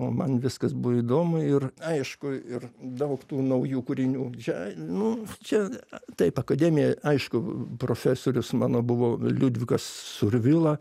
man viskas buvo įdomu ir aišku ir daug tų naujų kūrinių čia nu čia taip akademija aišku profesorius mano buvo liudvikas survila